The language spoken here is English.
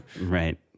Right